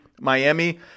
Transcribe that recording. Miami